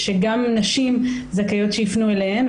שגם נשים זכאיות שיפנו אליהם,